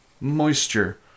moisture